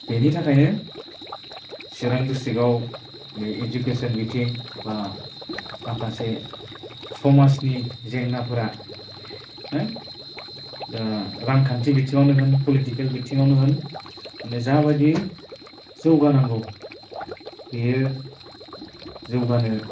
बेनि थाखायनो चिरां डिस्ट्रिक्टआव बे एडुकेसन बिथिं बा माखासे समाजनि जेंनाफोरा दा रांखान्थि बिथिंआवनो होन पलिटिकेल बिथिंआवनो होन माने जा बायदि जौगानांगौ बेयो जौगानो